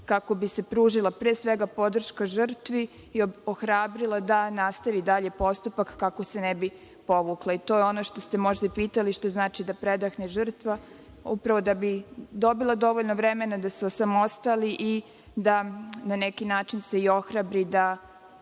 kako bi se pružila pre svega podrška žrtvi i ohrabrila je da nastavi dalji postupak kako se ne bi povukla. To je ono što ste možda i pitali - šta znači da predahne žrtva? Upravo da bi dobila dovoljno vremena da se osamostali i da na neki način se i ohrabri da